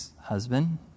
husband